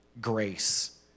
grace